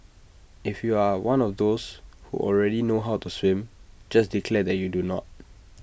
if you are one of those who already know how to swim just declare that you do not